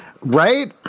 Right